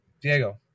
Diego